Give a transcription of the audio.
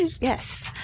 Yes